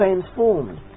transformed